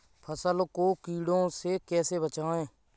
फसल को कीड़ों से कैसे बचाएँ?